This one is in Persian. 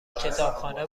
کتابخانه